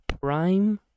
prime